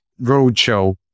roadshow